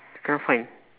cannot find